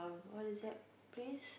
what is that place